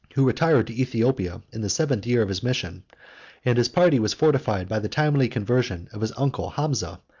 who retired to aethiopia in the year of his mission and his party was fortified by the timely conversion of his uncle hamza,